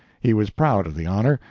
he was proud of the honor,